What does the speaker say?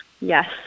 yes